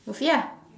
Musfiya